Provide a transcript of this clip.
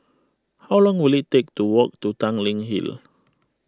how long will it take to walk to Tanglin Hill